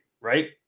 right